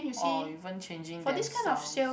or even changing themselves